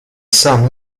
sam